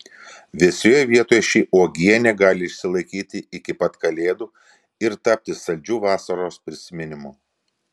vėsioje vietoje ši uogienė gali išsilaikyti iki pat kalėdų ir tapti saldžiu vasaros prisiminimu